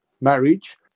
marriage